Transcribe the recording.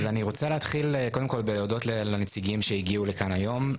אז אני רוצה להתחיל קודם כול בלהודות לנציגים שהגיעו לכאן היום,